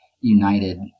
united